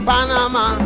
Panama